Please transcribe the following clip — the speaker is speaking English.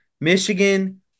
Michigan